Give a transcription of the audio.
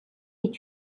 est